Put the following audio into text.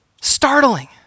Startling